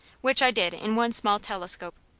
which i did in one small telescope.